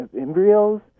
embryos